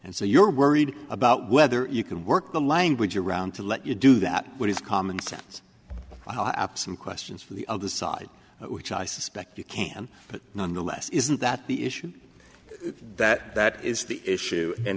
and so you're worried about whether you can work the language around to let you do that what is common sense absent questions from the other side which i suspect you can but nonetheless isn't that the issue that that is the issue and